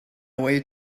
way